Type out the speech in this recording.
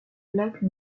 lac